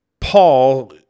Paul